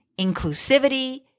inclusivity